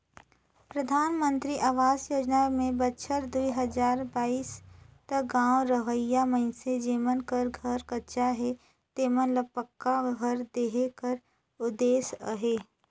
परधानमंतरी अवास योजना में बछर दुई हजार बाइस तक गाँव रहोइया मइनसे जेमन कर घर कच्चा हे तेमन ल पक्का घर देहे कर उदेस अहे